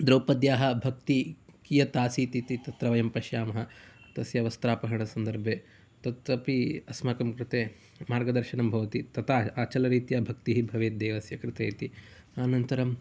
द्रौपद्याः भक्ति कियत् आसीत् इति तत्र वयं पश्यामः तस्य वस्त्रापहरणसन्दर्भे तत् अपि अस्माकं कृते मार्गदर्शनं भवति तथा आचलरीत्या भक्तिः भवेत् देवस्य कृते इति अनन्तरं